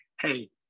Hey